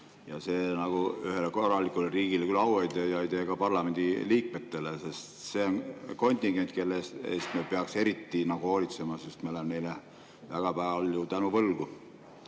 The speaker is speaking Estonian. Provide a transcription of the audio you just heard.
See küll ühele korralikule riigile au ei tee, ei tee ka parlamendi liikmetele, sest see on kontingent, kelle eest me peaksime eriti hoolitsema, sest me oleme neile väga palju tänu võlgu.